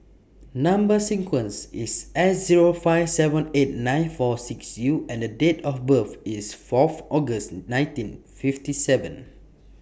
Number sequence IS S Zero five seven eight nine four six U and The Date of birth IS Fourth August nineteen fifty seven